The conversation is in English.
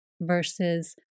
versus